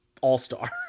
all-star